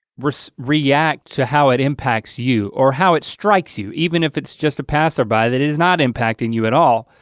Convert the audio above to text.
so react to how it impacts you or how it strikes you. even if it's just a passerby that it is not impacting you at all.